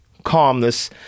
calmness